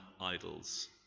idols